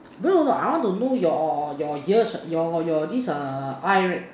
no no I want to know your your years your your this err eye right